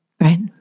Right